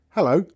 Hello